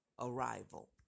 arrival